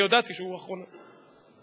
אני הודעתי שהוא אחרון הדוברים.